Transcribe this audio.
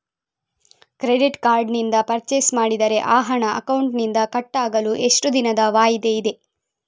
Credit card ನಿಂದ purchase ಮಾಡಿದರೆ ಆ ಹಣ ಅಕೌಂಟಿನಿಂದ ಕಟ್ ಆಗಲು ಎಷ್ಟು ದಿನದ ವಾಯಿದೆ ಇದೆ?